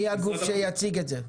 מי הגוף שיציג את זה?